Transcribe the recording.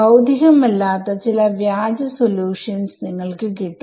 ഭൌതികമല്ലാത്ത ചില വ്യാജ സൊല്യൂഷൻസ് നിങ്ങൾക്ക് കിട്ടും